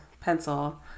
pencil